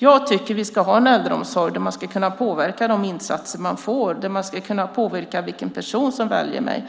Jag tycker att vi ska ha en äldreomsorg där man ska kunna påverka de insatser man får. Jag ska kunna påverka vilken person som vårdar mig.